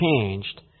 changed